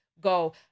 Go